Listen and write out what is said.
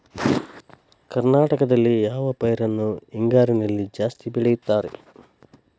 ಕರ್ನಾಟಕದಲ್ಲಿ ಯಾವ ಪೈರನ್ನು ಹಿಂಗಾರಿನಲ್ಲಿ ಜಾಸ್ತಿ ಬೆಳೆಯುತ್ತಾರೆ?